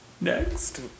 next